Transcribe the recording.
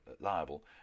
liable